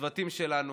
הצוותים שלנו,